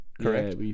correct